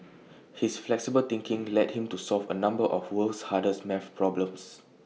his flexible thinking led him to solve A number of the world's hardest math problems